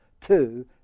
two